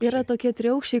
yra tokie triaukščiai